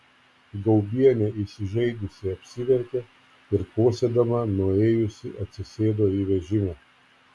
gaubienė įsižeidusi apsiverkė ir kosėdama nuėjusi atsisėdo į vežimą